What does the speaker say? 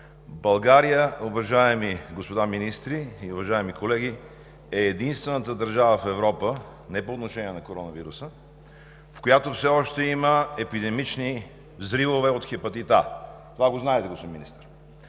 България, уважаеми господа министри и уважаеми колеги, е единствената държава в Европа – не по отношение на коронавируса, в която все още има епидемични взривове от хепатит А – това го знаете, господин Министър,